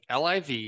LIV